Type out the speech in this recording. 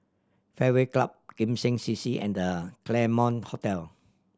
Fairway Club Kim Seng C C and The Claremont Hotel